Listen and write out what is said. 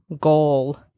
goal